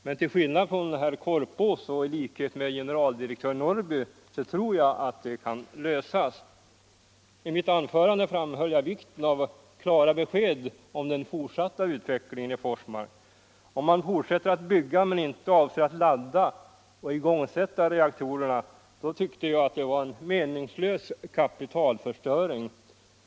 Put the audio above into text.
Men till skillnad från herr Korpås och i likhet med generaldirektör Norrby tror jag att problemen kan lösas. I mitt anförande framföll jag vikten av klara besked om den fortsatta utvecklingen i Forsmark. Om man fortsätter att bygga men inte avser att ladda och igångsätta reaktorerna tyckte jag det var en meningslös kapitalförstöring.